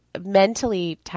mentally